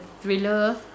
thriller